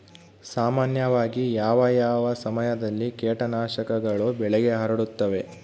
ಸಾಮಾನ್ಯವಾಗಿ ಯಾವ ಸಮಯದಲ್ಲಿ ಕೇಟನಾಶಕಗಳು ಬೆಳೆಗೆ ಹರಡುತ್ತವೆ?